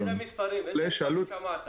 איזה מספרים שמעת?